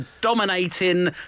dominating